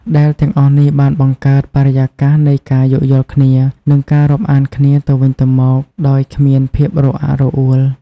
ដែលទាំងអស់នេះបានបង្កើតបរិយាកាសនៃការយោគយល់គ្នា និងការរាប់អានគ្នាទៅវិញទៅមកដោយគ្មានភាពរអាក់រអួល។